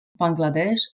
Bangladesh